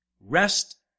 Rest